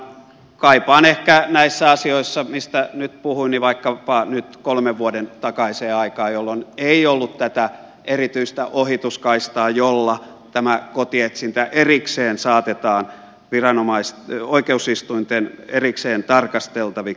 kaipaan näissä asioissa mistä nyt puhuin vaikkapa nyt kolmen vuoden takaiseen aikaan jolloin ei ollut tätä erityistä ohituskaistaa jolla tämä kotietsintä erikseen saatetaan oikeusistuinten erikseen tarkasteltavaksi